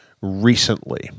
recently